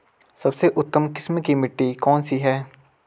सबसे उत्तम किस्म की मिट्टी कौन सी है?